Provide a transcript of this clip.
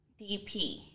DP